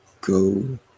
go